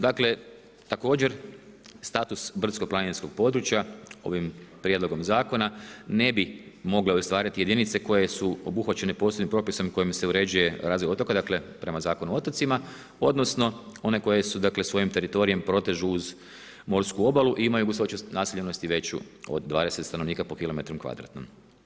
Dakle također status brdsko-planinskog područja ovim prijedlogom zakona ne bi mogle ostvariti jedinice koje su obuhvaćene posebnim propisom kojim se uređuje razvoj otoka, dakle prema Zakonu o otocima odnosno one koje se dakle svojim teritorijem protežu uz morsku obalu i imamu gustoću naseljenosti veću od 20 stanovnika po km kvadratnom.